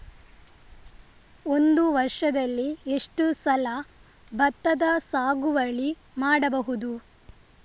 ಒಂದು ವರ್ಷದಲ್ಲಿ ಎಷ್ಟು ಸಲ ಭತ್ತದ ಸಾಗುವಳಿ ಮಾಡಬಹುದು?